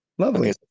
Lovely